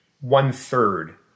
one-third